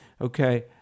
Okay